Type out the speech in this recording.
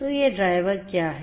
तो ये ड्राइवर क्या हैं